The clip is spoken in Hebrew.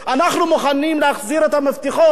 אנחנו מוכנים להחזיר את המפתחות,